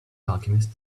alchemist